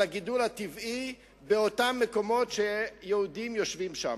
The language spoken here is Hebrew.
הגידול הטבעי במקומות שיהודים יושבים בהם.